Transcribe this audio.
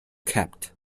capped